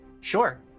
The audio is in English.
sure